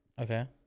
Okay